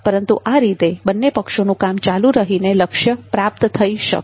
પરંતુ આ રીતે બન્ને પક્ષોનું કામ ચાલુ રહીને લક્ષ્ય પ્રાપ્ત થઇ શકશે